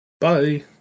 Bye